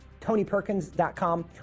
TonyPerkins.com